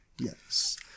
yes